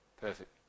Perfect